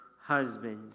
husband